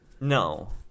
No